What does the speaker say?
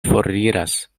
foriras